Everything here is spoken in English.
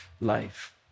life